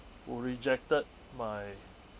who rejected my